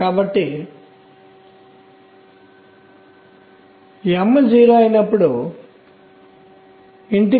కాబట్టి దీనిని ఎలక్ట్రాన్ అంటారు దానికి స్వంత క్వాంటం సంఖ్య ఉంటుంది